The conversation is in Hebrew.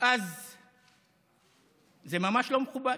אז זה ממש לא מקובל.